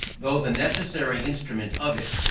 though the necessary instrument of it,